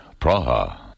Praha